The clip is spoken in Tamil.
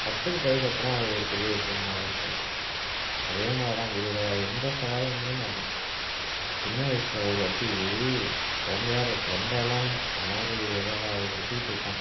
கற்றுக்கிட்டதுக்கப்பறம் அது ஒரு பெரிய விஷயமாக இருக்காது அதே மாதிரி தான் குதிரை எந்த சவாரியாக இருந்தாலுமே அதான் சின்ன வயசில் ஒரு வாட்டி குழந்தையா இரு கொழந்தை எல்லாம் இல்லை என்ன ஒரு ஏழாவது படிச்சிட்ருப்பேன்